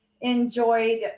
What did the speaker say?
enjoyed